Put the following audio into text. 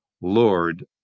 Lord